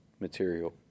material